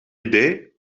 idee